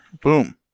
Boom